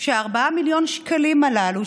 וה-4 מיליון שקלים הללו,